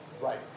right